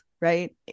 right